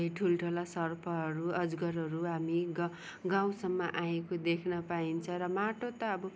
ठुल्ठुला सर्पहरू अजिङ्गरहरू हामी ग गाउँसम्म आएको देख्न पाइन्छ र माटो त अब